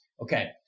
Okay